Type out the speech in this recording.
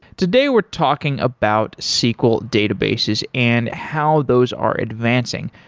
today we're talking about sql databases and how those are advancing.